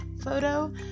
photo